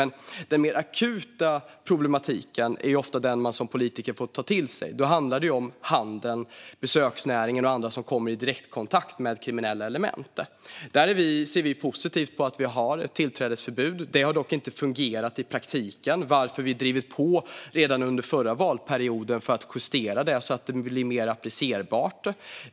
Men den mer akuta problematiken är ofta den man som politiker får ta till sig. Då handlar det om handel, besöksnäring och andra som kommer i direktkontakt med kriminella element. Vi ser positivt på tillträdesförbudet. Det har dock inte fungerat i praktiken, och därför drev vi på redan under förra mandatperioden för att den skulle justeras och därigenom blir mer applicerbar.